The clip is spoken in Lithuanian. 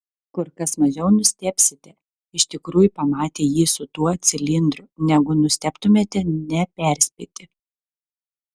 kur kas mažiau nustebsite iš tikrųjų pamatę jį su tuo cilindru negu nustebtumėte neperspėti